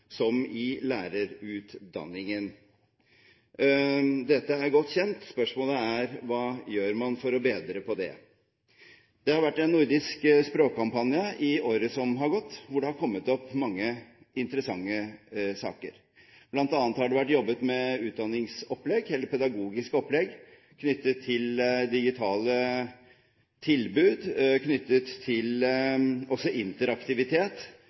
som i lærerutdanningen. Dette er godt kjent. Spørsmålet er: Hva gjør man for å bedre på det? Det har vært en nordisk språkkampanje i året som har gått, hvor det har kommet opp mange interessante saker, bl.a. har det vært jobbet med utdanningsopplegg, eller pedagogiske opplegg knyttet til digitale tilbud